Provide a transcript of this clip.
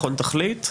מכון תכלית,